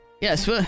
Yes